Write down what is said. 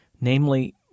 namely